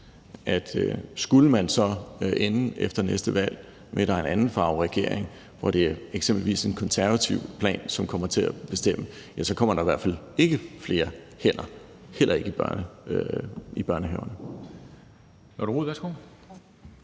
skulle man efter næste valg ende med, at der er en anden farve regering, hvor det eksempelvis er en konservativ plan, som kommer til at bestemme, så kommer der i hvert fald ikke flere hænder, heller ikke i børnehaverne.